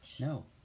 No